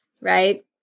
right